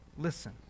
Listen